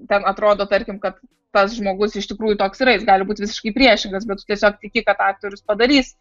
ten atrodo tarkim kad tas žmogus iš tikrųjų toks yra jis gali būti visiškai priešingas bet tu tiesiog tiki kad aktorius padarys